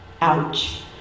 Ouch